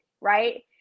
Right